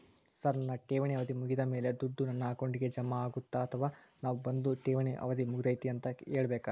Sir ನನ್ನ ಠೇವಣಿ ಅವಧಿ ಮುಗಿದಮೇಲೆ, ದುಡ್ಡು ನನ್ನ ಅಕೌಂಟ್ಗೆ ಜಮಾ ಆಗುತ್ತ ಅಥವಾ ನಾವ್ ಬಂದು ಠೇವಣಿ ಅವಧಿ ಮುಗದೈತಿ ಅಂತ ಹೇಳಬೇಕ?